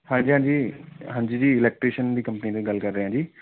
ਹਾਂਜੀ ਹਾਂਜੀ ਹਾਂਜੀ ਜੀ ਇਲੈਕਟ੍ਰੀਸ਼ਨ ਦੀ ਕੰਪਨੀ ਤੋਂ ਗੱਲ ਕਰ ਰਹੇ ਹਾਂ ਜੀ